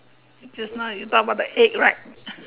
just now you talk about the egg right